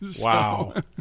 Wow